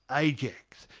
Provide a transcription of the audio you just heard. ajax,